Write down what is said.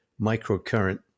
microcurrent